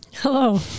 Hello